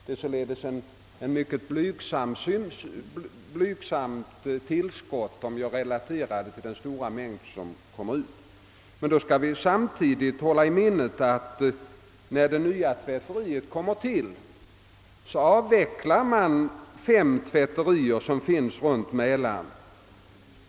Det är således ett mycket blygsamt tillskott i förhållande till den stora mängd som släpps ut. Samtidigt skall vi komma ihåg att när det nya tvätteriet är färdigt avvecklas fem tvätterier runt Mä laren.